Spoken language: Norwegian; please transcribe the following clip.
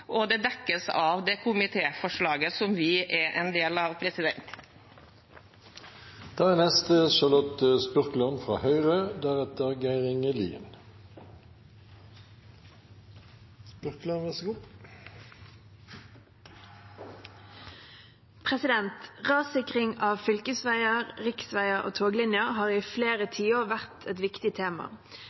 og det dekkes av komitéforslaget som vi er en del av. Rassikring av fylkesveier, riksveier og toglinjer har i flere tiår vært et viktig tema. Gjennom dette representantforslaget har Høyre tatt til orde for en gjennomgang av kriteriene og å være langt mer offensiv i